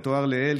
כמתואר לעיל,